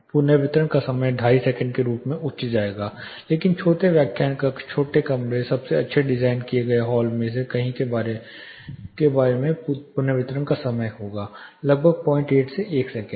पुनर्वितरण का समय 25 सेकंड के रूप में उच्च जाएगा जबकि छोटे व्याख्यान कक्ष छोटे कमरे सबसे अच्छा डिज़ाइन किए गए हॉल में कहीं के बारे में पुनर्वितरण का समय होगा लगभग 08 से 1 सेकंड